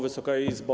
Wysoka Izbo!